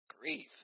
Grieve